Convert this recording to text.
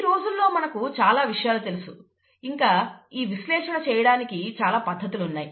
ఈ రోజుల్లో మనకు చాలా విషయాలు తెలుసు ఇంకా ఈ విశ్లేషణ చేయడానికి చాలా పద్ధతులు ఉన్నాయి